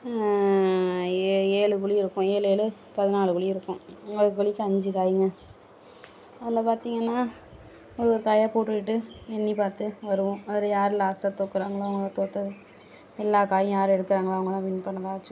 ஏழு குழி இருக்கும் ஏழேழு பதினாலு குழி இருக்கும் ஒரு குழிக்கு அஞ்சு காய்ங்க அதில் பார்த்தீங்கன்னா ஒவ்வொரு காயாக போட்டுக்கிட்டு எண்ணி பார்த்து வருவோம் அதில் யார் லாஸ்ட்டாக தோற்குறாங்களோ அவங்கதான் தோற்றா எல்லா காயும் யார் எடுக்கிறாங்களோ அவங்கதான் வின் பண்ணதாக வச்சுக்குவோம்